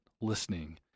listening